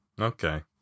Okay